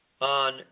on